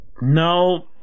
No